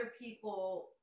people